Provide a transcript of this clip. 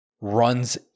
runs